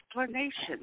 explanation